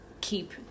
keep